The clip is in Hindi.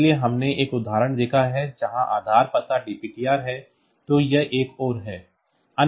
इसलिए हमने एक उदाहरण देखा है जहां आधार पता DPTR है तो यह एक और है